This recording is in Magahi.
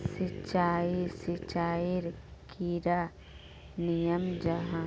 सिंचाई सिंचाईर कैडा नियम जाहा?